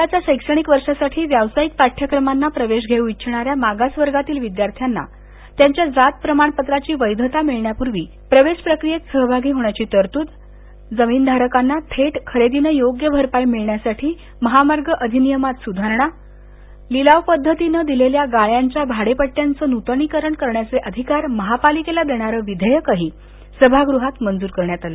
यंदाच्या शैक्षणिक वर्षासाठी व्यावसायिक पाठ्यक्रमांना प्रवेश घेऊ इच्छिणाऱ्या मागासवर्गातील विद्यार्थ्यांना त्यांच्या जात प्रमाणपत्राची वैधता मिळण्यापूर्वी प्रवेश प्रक्रियेत सहभागी होण्याची तरतूद जमीन धारकांना थेट खरेदीनं योग्य भरपाई मिळण्यासाठी महामार्ग अधिनियमात स्धारणा लिलाव पद्धतीनं दिलेल्या गाळ्यांच्या भाडेपट्ट्याचं नूतनीकरण करण्याचे अधिकार महानगरपालिकेला देणारं विधेयक सभागृहात मंजूर करण्यात आलं